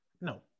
No